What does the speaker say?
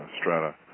strata